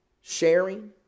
Sharing